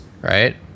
right